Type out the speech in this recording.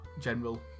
general